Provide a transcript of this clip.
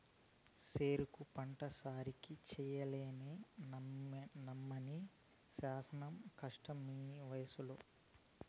సెరుకు పంట సాకిరీ చెయ్యలేనమ్మన్నీ శానా కష్టమీవయసులో